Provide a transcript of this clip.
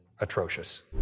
atrocious